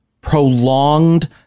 prolonged